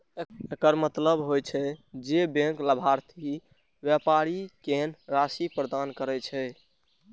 एकर मतलब होइ छै, जे बैंक लाभार्थी व्यापारी कें राशि प्रदान करै छै